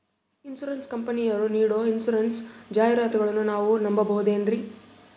Insurance ಕಂಪನಿಯರು ನೀಡೋ insurance ಜಾಹಿರಾತುಗಳನ್ನು ನಾವು ನಂಬಹುದೇನ್ರಿ?